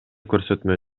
көрсөтмө